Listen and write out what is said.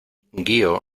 guío